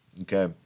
Okay